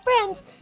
friends